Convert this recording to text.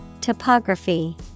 Topography